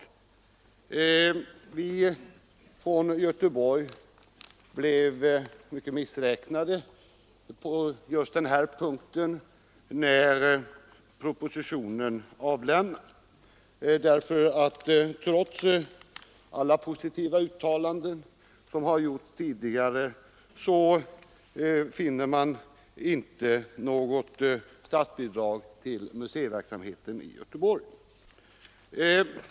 Vi från Göteborg blev när propositionen avlämnades mycket missräknade på denna punkt. Trots alla positiva uttalanden som tidigare gjorts har det i propositionen inte tagits upp något statsbidrag till museiverksamheten i Göteborg.